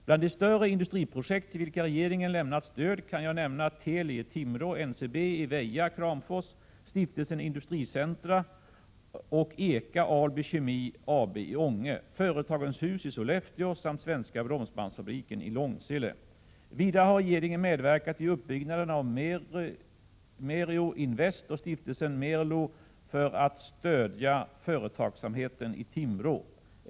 Bland de större industriprojekt till vilka regeringen lämnat stöd kan jag nämna Teli i Timrå, NCB i Väja, Kramfors, Stiftelsen Industricentra och EKA Alby Kemi AB i Ånge, Företagens Hus i Sollefteå samt Svenska Bromsbandsfabriken i Långsele. Vidare har regeringen medverkat vid uppbyggnaden av Merlo Invest och Stiftelsen Merlo för att stödja företagsamheten i Timrå.